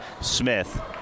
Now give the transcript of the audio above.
Smith